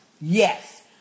Yes